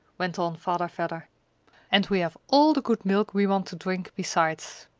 went on father vedder and we have all the good milk we want to drink, besides.